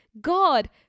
God